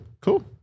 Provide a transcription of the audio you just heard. Cool